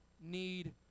need